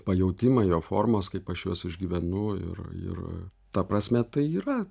pajautimą jo formos kaip aš juos išgyvenu ir ir ta prasme tai yra